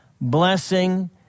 blessing